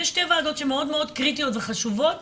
יש שתי וועדות שמאוד מאוד קריטיות וחשובות